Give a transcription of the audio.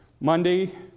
Monday